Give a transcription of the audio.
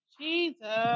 Jesus